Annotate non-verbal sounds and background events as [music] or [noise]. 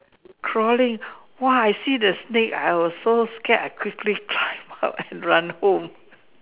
crawling !wah! I see the snake I was so scared I quickly climb up [noise] and run home